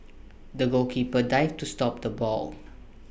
the goalkeeper dived to stop the ball